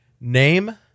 name